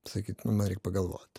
sakyt nu man reik pagalvot